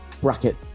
bracket